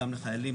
גם לחיילים,